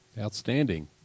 Outstanding